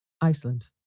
Iceland